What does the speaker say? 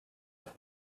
but